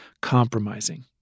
compromising